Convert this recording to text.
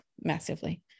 massively